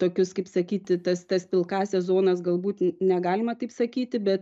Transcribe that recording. tokius kaip sakyti tas tas pilkąsias zonas galbūt negalima taip sakyti bet